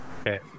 Okay